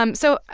um so,